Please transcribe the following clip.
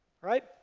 right